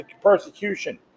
persecution